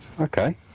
okay